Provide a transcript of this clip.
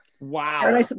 Wow